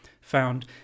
found